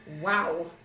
Wow